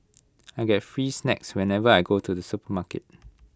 I get free snacks whenever I go to the supermarket